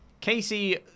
Casey